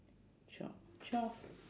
twelve twelve